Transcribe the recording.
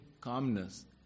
calmness